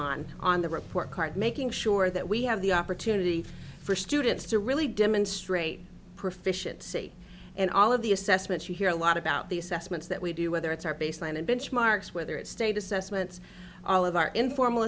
on on the report card making sure that we have the opportunity for students to really demonstrate proficiency and all of the assessments you hear a lot about the assessments that we do whether it's our baseline and benchmarks whether it's state assessments all of our informal